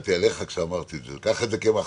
הסתכלתי עליך כשאמרתי את זה קח את זה כמחמאה.